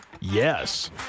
Yes